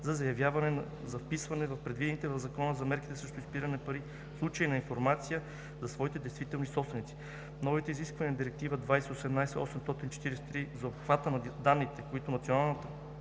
за заявяване за вписване в предвидените в Закона за мерките срещу изпиране на пари случаи на информация за своите действителни собственици. Новите изисквания на Директива (ЕС) 2018/843 за обхвата на данните, които националните